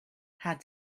had